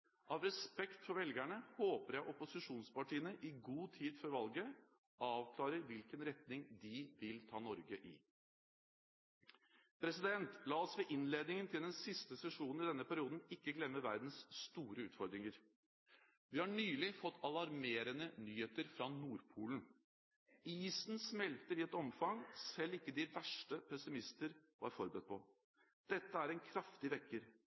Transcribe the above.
Av respekt for velgerne håper jeg opposisjonspartiene i god tid før valget avklarer hvilken retning de vil ta Norge i. La oss ved innledningen til den siste sesjonen i denne perioden ikke glemme verdens store utfordringer. Vi har nylig fått alarmerende nyheter fra Nordpolen. Isen smelter i et omfang selv ikke de verste pessimister var forberedt på. Dette er en kraftig vekker.